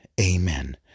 Amen